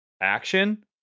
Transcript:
action